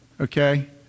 Okay